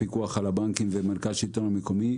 הפיקוח על הבנקים ומנכ"ל השלטון המקומי,